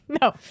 No